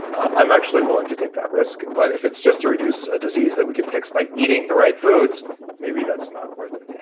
i'm actually willing to take that risk, but if it's just to reduce a disease that we could fix by eating the right foods maybe that's not worth and it.